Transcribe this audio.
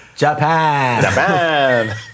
Japan